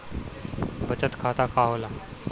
बचत खाता का होला?